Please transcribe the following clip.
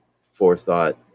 forethought